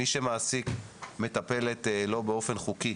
מי שמעסיק מטפלת לא באופן חוקי,